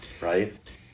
right